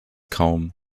kaum